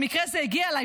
במקרה זה הגיע אליי,